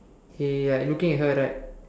he like looking at her right